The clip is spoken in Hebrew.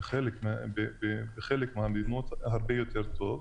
בחלק מהמדינות יש מוסר תשלומים הרבה יותר טוב.